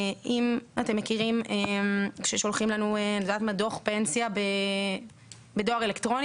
אתם מכירים ששולחים לנו דוח פנסיה בדואר אלקטרוני